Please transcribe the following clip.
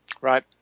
Right